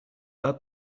pas